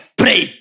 pray